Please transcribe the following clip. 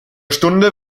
stunde